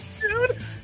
Dude